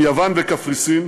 עם יוון וקפריסין.